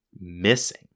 missing